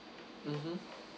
mmhmm